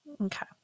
okay